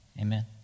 Amen